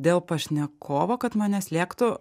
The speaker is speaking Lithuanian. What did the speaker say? dėl pašnekovo kad mane slėgtų